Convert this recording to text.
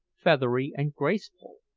feathery, and graceful,